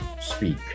speak